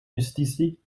justitie